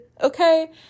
Okay